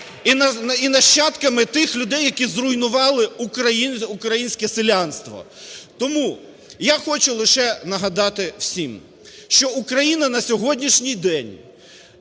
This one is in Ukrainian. і нащадками тих людей, які зруйнували українське селянство. Тому я хочу лише нагадати всім, що Україна на сьогоднішній день